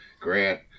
Grant